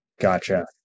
Gotcha